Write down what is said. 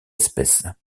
espèce